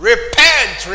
Repent